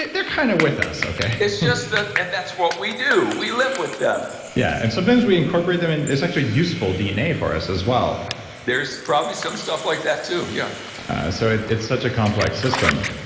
they're kind of with us, okay? yeah, it's just that that's what we do. we live with them yeah and sometimes we incorporate them and it's actually useful dna for us as well there is probably some stuff like that too, yeah so, it's such a complex system.